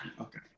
Okay